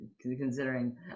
considering